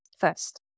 First